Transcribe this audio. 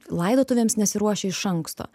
laidotuvėms nesiruošia iš anksto